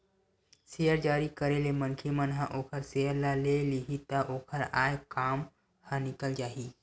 share जारी करे ले मनखे मन ह ओखर सेयर ल ले लिही त ओखर आय काम ह निकल जाही